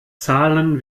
zahlen